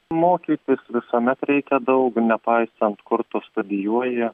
mokytis visuomet reikia daug nepaisant kur tu studijuoji